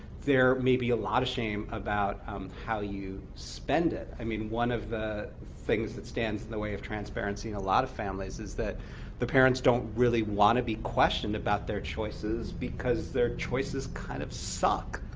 there may be a lot of shame about how you spend it. i mean one of the things that stands in the way of transparency in a lot of families is that the parents don't really want to be questioned about their choices, because their choices kind of suck!